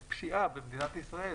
יש פשיעה במדינת ישראל,